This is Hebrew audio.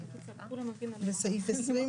הצבעה לא אושרה.